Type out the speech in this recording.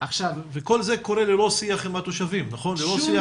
וכל זה קורה ללא שיח עם התושבים, ללא שיח אתכם.